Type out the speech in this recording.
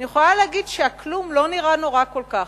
אני יכולה להגיד שהכלום לא נראה נורא כל כך.